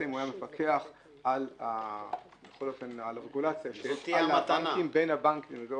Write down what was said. המפקח על הרגולציה, בין הבנקים.